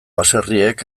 baserriek